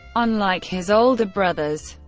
unlike his older brothers,